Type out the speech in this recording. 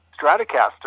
Stratocaster